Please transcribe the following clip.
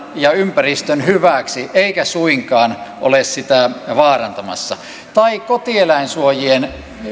ja ympäristön hyväksi eivätkä suinkaan ole sitä vaarantamassa tai kotieläinsuojien